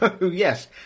yes